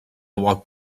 walked